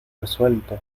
resuelto